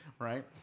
right